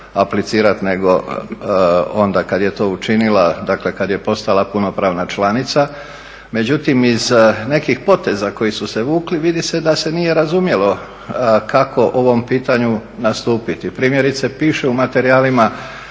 aplicirat nego onda kad je to učinila, dakle kad je postala punopravna članica. Međutim, iz nekih poteza koji su se vukli vidi se da se nije razumjelo kako ovom pitanju nastupiti. Primjerice piše u materijalima